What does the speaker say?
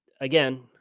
again